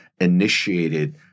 initiated